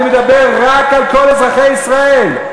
אני מדבר רק על כל אזרחי ישראל.